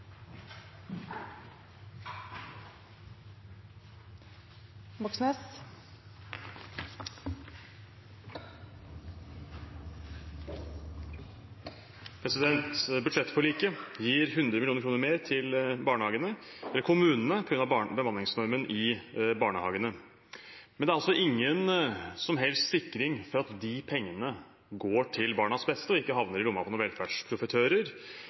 kommer. Budsjettforliket gir 100 mill. kr mer til kommunene på grunn av bemanningsnormen i barnehagene. Men det er ingen som helst sikkerhet for at de pengene går til barnas beste, og ikke havner i lomma på